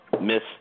Miss